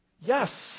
yes